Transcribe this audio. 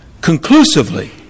conclusively